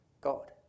God